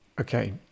Okay